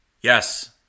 Yes